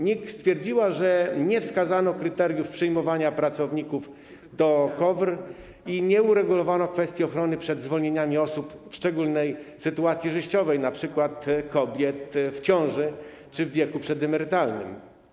NIK stwierdziła, że nie wskazano kryteriów przyjmowania pracowników do KOWR i nie uregulowano kwestii ochrony przed zwolnieniami osób w szczególnej sytuacji życiowej, np. kobiet w ciąży czy w wieku przedemerytalnym.